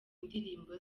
ndirimbo